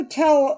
tell